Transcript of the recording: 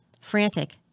Frantic